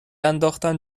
انداختن